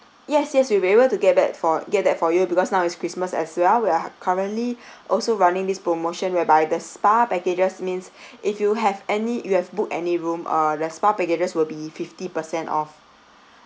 yes yes we'll be able to get that for get that for you because now is christmas as well we are currently also running this promotion whereby the spa packages means if you have any you have book any room uh the spa packages will be fifty percent off